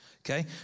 Okay